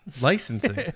licensing